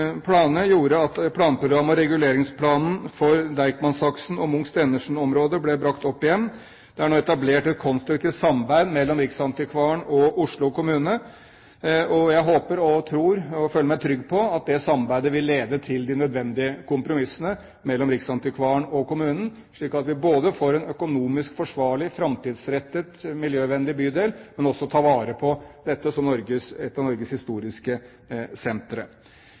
gjorde at planprogrammet og reguleringsplanen for Deichman-aksen og Munch/Stenersen-området ble brakt opp igjen. Det er nå etablert et konstruktivt samarbeid mellom Riksantikvaren og Oslo kommune, og jeg håper, tror og føler meg trygg på at det samarbeidet vil lede til de nødvendige kompromissene mellom Riksantikvaren og kommunen, slik at vi ikke bare får en økonomisk forsvarlig, framtidsrettet, miljøvennlig bydel, men også tar vare på ett av Norges